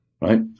right